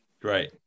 great